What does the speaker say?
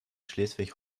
schleswig